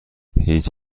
هیچ